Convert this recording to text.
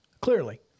Clearly